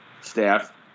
staff